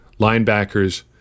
linebackers